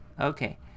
Okay